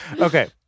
Okay